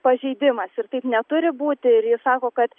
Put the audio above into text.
pažeidimas ir taip neturi būti ir jis sako kad